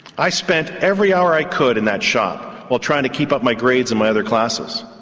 i spend every hour i could in that shop while trying to keep up my grades in my other classes.